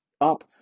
up